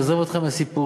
עזוב אותך מהסיפורים,